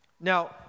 Now